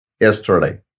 yesterday